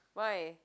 why